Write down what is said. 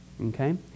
Okay